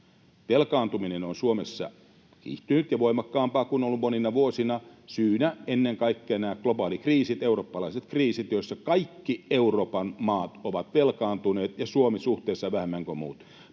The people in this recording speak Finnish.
velkaantuminen on Suomessa kiihtynyt ja voimakkaampaa kuin on ollut monina vuosina, syynä ennen kaikkea nämä globaalikriisit, eurooppalaiset kriisit, joissa kaikki Euroopan maat ovat velkaantuneet ja Suomi suhteessa vähemmän kuin muut.